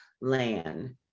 land